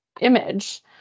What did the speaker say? image